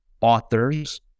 authors